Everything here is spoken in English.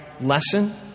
lesson